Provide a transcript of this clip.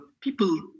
people